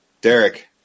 Derek